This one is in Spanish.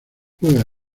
juega